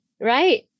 right